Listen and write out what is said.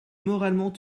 moralement